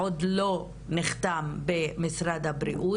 עוד לא נחתם במשרד הבריאות.